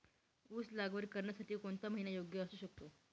ऊस लागवड करण्यासाठी कोणता महिना योग्य असू शकतो?